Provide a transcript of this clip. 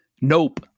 Nope